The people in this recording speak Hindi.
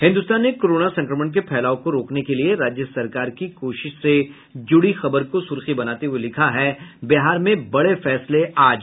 हिन्दुस्तान ने कोरोना संक्रमण के फैलाव को रोकने के लिए राज्य सरकार की कोशिश से जुड़ी खबर को सुर्खी बनाते हुये लिखा है बिहार में बड़े फैसले आज